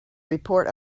report